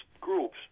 groups